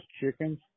chickens